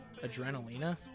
Adrenalina